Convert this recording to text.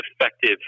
effective